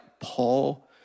Paul